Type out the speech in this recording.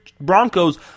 Broncos